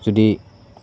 যদি